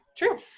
True